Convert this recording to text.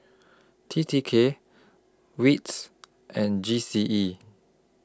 T T K WITS and G C E